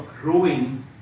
growing